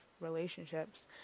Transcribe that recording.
relationships